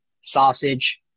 sausage